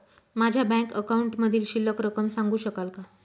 माझ्या बँक अकाउंटमधील शिल्लक रक्कम सांगू शकाल का?